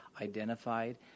identified